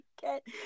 get